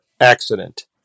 accident